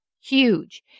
huge